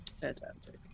Fantastic